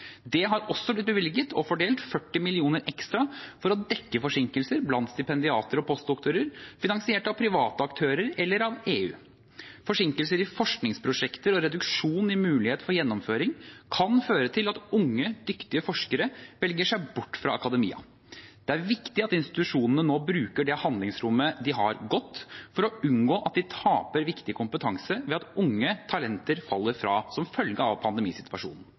Det har også blitt bevilget og fordelt 40 mill. kr ekstra for å dekke forsinkelser blant stipendiater og postdoktorer finansiert av private aktører eller av EU. Forsinkelser i forskningsprosjekter og reduksjon i mulighet for gjennomføring kan føre til at unge, dyktige forskere velger seg bort fra akademia. Det er viktig at institusjonene nå bruker det handlingsrommet de har, godt, for å unngå at de taper viktig kompetanse ved at unge talenter faller fra som følge av pandemisituasjonen.